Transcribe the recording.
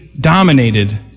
dominated